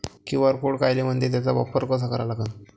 QR code कायले म्हनते, त्याचा वापर कसा करा लागन?